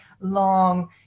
long